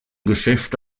geschäfte